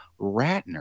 Ratner